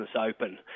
open